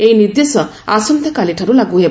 ଏହି ନିର୍ଦ୍ଦେଶ ଆସନ୍ତାକାଲିଠାରୁ ଲାଗୁ ହେବ